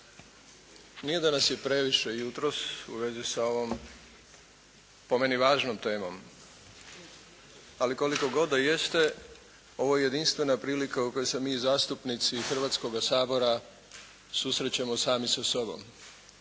Nije da nas je previše jutros u vezi sa ovom po meni važnom temom, ali koliko god da jeste ovo je jedinstvena prilika u kojoj se mi zastupnici Hrvatskoga sabora susrećemo sami sa sobom.